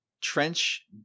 Trench